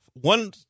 One